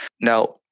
Now